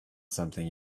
something